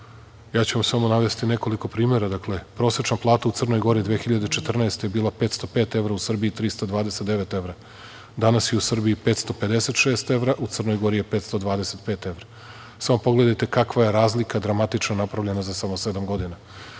ću vam samo navesti nekoliko primera, prosečna plata u Crnoj Gori 2014. godine je bila 505 evra, a u Srbiji 329 evra. Danas je u Srbiji 556 evra, a u Crnoj Gori je 525 evra. Samo pogledajte kakva je razlika dramatična napravljena za samo sedam godina. Njihov